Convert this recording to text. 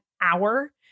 hour